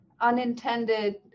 unintended